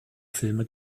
filme